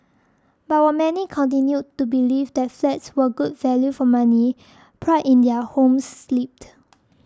but while many continued to believe that flats were good value for money pride in their homes slipped